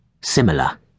similar